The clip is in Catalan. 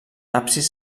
absis